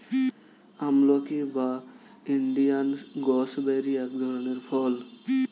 আমলকি বা Indian gooseberry এক ধরনের ফল